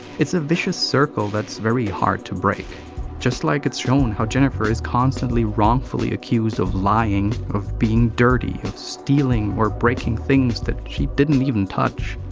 it's a vicious circle that's very hard to break just like it's shown how jennifer is constantly wrongfully accused of lying, of being dirty, of stealing or breaking things that she didn't even touch.